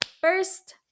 first